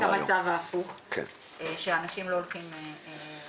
היום אנחנו במצב הפוך כאשר אנשים לא הולכים להיבדק.